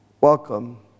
welcome